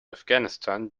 afghanistan